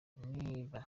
niba